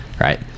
right